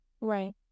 Right